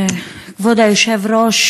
כבוד היושב-ראש,